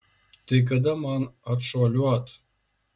tai kada man atšuoliuot